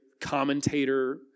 commentator